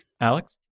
Alex